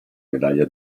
medaglia